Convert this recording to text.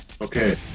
Okay